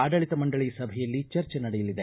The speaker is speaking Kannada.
ಆಡಳಿತ ಮಂಡಳಿ ಸಭೆಯಲ್ಲಿ ಚರ್ಚೆ ನಡೆಯಲಿದೆ